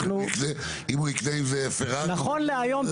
אם הוא יקנה עם זה פרארי --- נכון להיום,